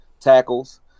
tackles